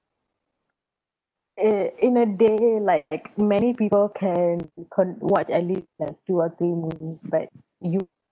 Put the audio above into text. i~ in a day like many people can co~ watch at least like two or three movies but you